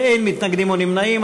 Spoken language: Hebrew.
אין מתנגדים או נמנעים.